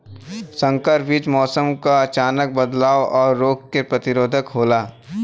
संकर बीज मौसम क अचानक बदलाव और रोग के प्रतिरोधक होला